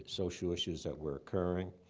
social issues that were occurring.